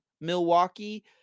Milwaukee